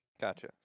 Gotcha